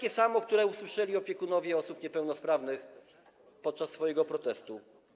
To samo usłyszeli opiekunowie osób niepełnosprawnych podczas swojego protestu.